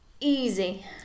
Easy